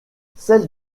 celles